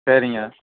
சரிங்க